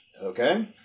Okay